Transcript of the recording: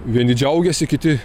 vieni džiaugiasi kiti